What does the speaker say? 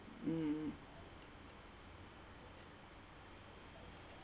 mm